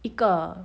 一个